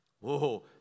Whoa